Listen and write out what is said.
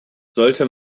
sollte